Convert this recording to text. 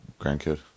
grandkid